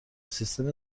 سیستم